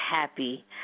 happy